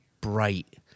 bright